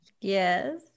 Yes